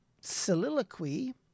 soliloquy